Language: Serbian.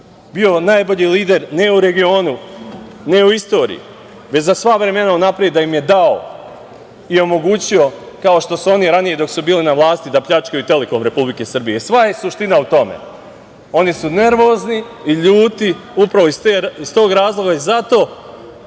bio najbolji lider, ne u regionu, ne u istoriji, već za sva vremena unapred da im je da i omogućio, kao što su oni ranije dok su bili na vlasti, da pljačkaju „Telekom Srbije“. Sva je suština u tome. Oni su nervozni i ljuti upravo iz tog razloga i zato